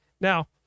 Now